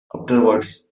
afterwards